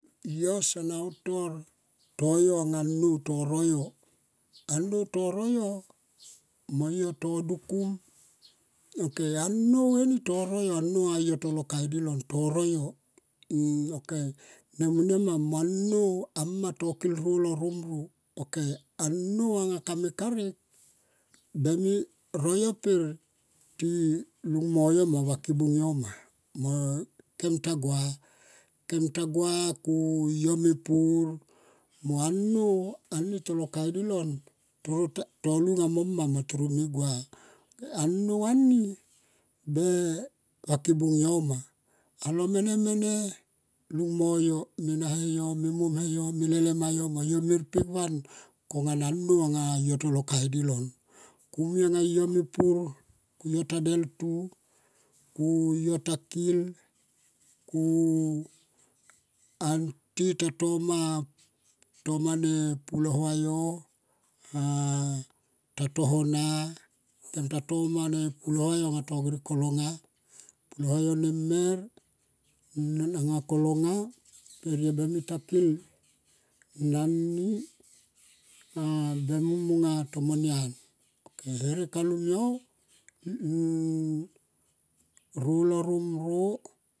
Yo sona utor to yo anga anou to yo. Anou to noya mo yo to dukum ok a non eni toro yo anga mo tolo kaidilon ok nemonaia ma mo anou a ma to kill tore romro ok a nou enga kame karek bemi royo per ti lung mo yo ma vaki bung yo ma. Kem ta gua kem tagua ku yo me pun mo anou ani tolo kaidi lon toro ta lunga mo ma mo tore me me gua mo anou ani be vakibung yo ma. Alo mene mene. Lung mo yo mena he yo me mon a yo me lele mayo mo yo me rpek wan kongana a nou anga lo tolo kaidi, lon muianga na a nou anga lo tolo kaidi, lon mui anga yo me pur ta deltu ka yo ta kill. Ku anty ta toma ne pulo va yo ah tato hona kemta toma pulo va lo anga kolonga. Pulo va yo nem mer nan nga kolonga. Per yo bemita kil nani per be mi manga tomo nian.